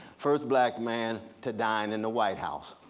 first black man to dine in the white house.